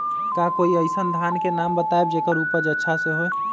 का कोई अइसन धान के नाम बताएब जेकर उपज अच्छा से होय?